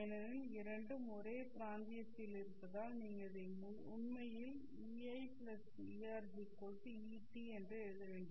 ஏனெனில் இரண்டும் ஒரே பிராந்தியத்தில் இருப்பதால் நீங்கள் இதை உண்மையில் Ei ErEt என எழுத வேண்டும்